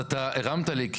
אז אתה הרמת לי,